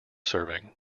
serving